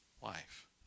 wife